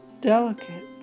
Delicate